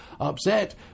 upset